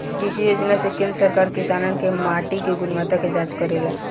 कृषि योजना से केंद्र सरकार किसानन के माटी के गुणवत्ता के जाँच करेला